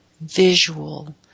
visual